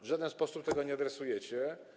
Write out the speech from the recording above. W żaden sposób tego nie adresujecie.